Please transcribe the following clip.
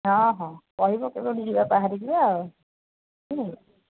ହଁ ହଁ କହିବ ବାହାରି ଯିବା